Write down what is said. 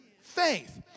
faith